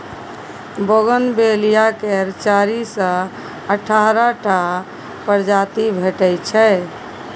bougainvillea केर चारि सँ अठारह टा प्रजाति भेटै छै